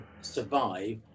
survive